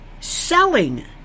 selling